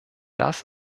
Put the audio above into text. das